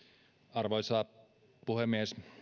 arvoisa puhemies